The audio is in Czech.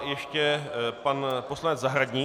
Ještě pan poslanec Zahradník.